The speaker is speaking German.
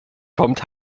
kommt